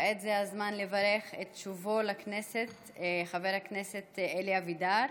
כעת הזמן לברך על שובו לכנסת של חבר הכנסת אלי אבידר.